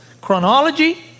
Chronology